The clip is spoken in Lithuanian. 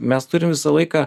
mes turim visą laiką